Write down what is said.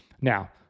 Now